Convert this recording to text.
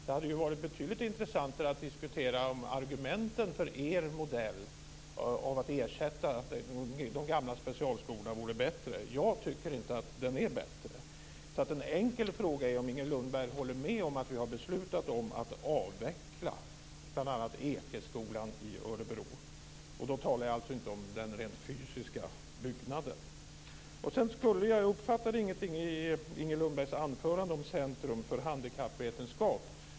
Det hade varit betydligt intressantare att diskutera argumenten för er modell, alltså att det vore bättre att ersätta de gamla specialskolorna. Jag tycker inte att den modellen är bättre. Så en enkel fråga är om Inger Lundberg håller med om att vi har beslutat om att avveckla bl.a. Ekeskolan i Örebro. Och då talar jag alltså inte om den rent fysiska byggnaden. Jag uppfattade inget i Inger Lundbergs anförande om Centrum för handikappvetenskap.